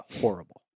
horrible